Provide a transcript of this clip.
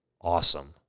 awesome